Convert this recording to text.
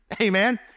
amen